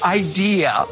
idea